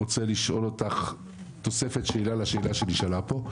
רוצה לשאול אותך תוספת שאלה לשאלה שנשאלה פה,